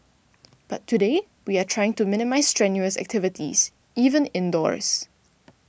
but today we are trying to minimise strenuous activities even indoors